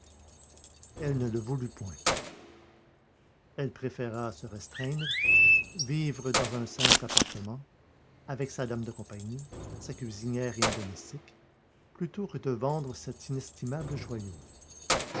elle ne le voulut point elle préféra se restreindre vivre dans un simple appartement avec sa dame de compagnie sa cuisinière et un domestique plutôt que de vendre cet inestimable joyau